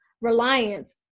reliance